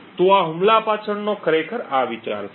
તો આ હુમલા પાછળનો ખરેખર આ વિચાર છે